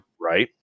right